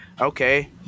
Okay